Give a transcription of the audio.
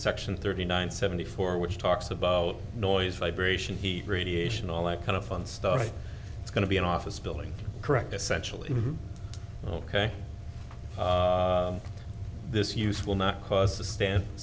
section thirty nine seventy four which talks about noise vibration heat radiation all a kind of fun stuff it's going to be an office building correct essentially ok this use will not cause the stand